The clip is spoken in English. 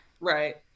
Right